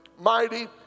mighty